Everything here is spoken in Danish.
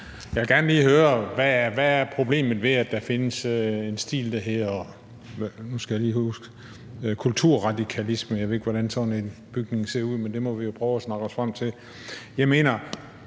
Jeg vil gerne lige høre: Hvad er problemet ved, at der findes en stil, der hedder kulturradikalisme? Jeg ved ikke, hvordan sådan en bygning ser ud, men det må vi jo prøve at snakke os frem til. Er det